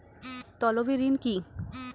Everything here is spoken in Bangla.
তলবি ঋন কি?